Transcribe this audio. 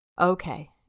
okay